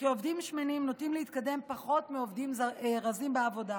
וכי עובדים שמנים נוטים להתקדם פחות מעובדים רזים בעבודה.